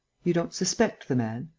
you don't suspect the man?